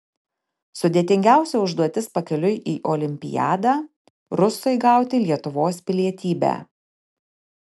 sudėtingiausia užduotis pakeliui į olimpiadą rusui gauti lietuvos pilietybę